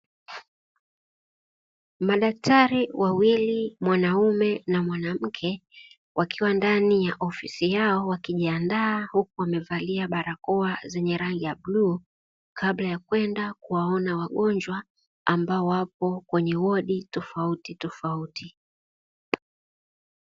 Madaktari wawili mwanaume na mwanamke wakiwa ndani ya ofisi yao wakijiandaa huku wamevalia barakoa zenye rangi ya bluu kabla ya kwenda kuwaona wagonjwa ambao wapo kwenye wodi tofauti tofauti.